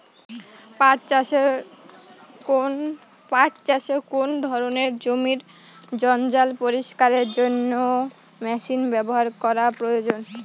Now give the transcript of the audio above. পাট চাষে কোন ধরনের জমির জঞ্জাল পরিষ্কারের জন্য মেশিন ব্যবহার করা প্রয়োজন?